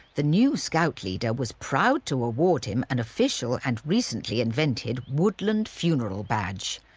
the new scout leader was proud to award him an official and recently invented woodland funeral badge.